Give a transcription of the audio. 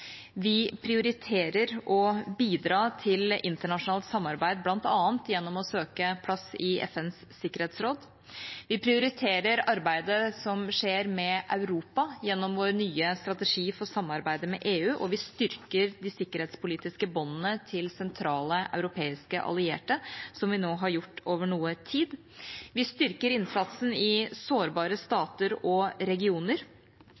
vi prioriterer å bidra til internasjonalt samarbeid, bl.a. gjennom å søke plass i FNs sikkerhetsråd. Vi prioriterer arbeidet som skjer med Europa, gjennom vår nye strategi for samarbeidet med EU, og vi styrker de sikkerhetspolitiske båndene til sentrale europeiske allierte, som vi nå har gjort over noe tid. Vi styrker innsatsen i sårbare stater og regioner